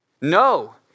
No